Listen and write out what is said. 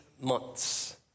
months